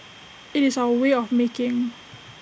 IT is our way of making